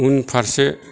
उनफारसे